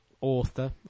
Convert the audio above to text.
author